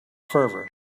fervor